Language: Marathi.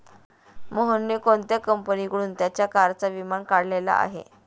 मोहनने कोणत्या कंपनीकडून त्याच्या कारचा विमा काढलेला आहे?